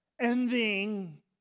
envying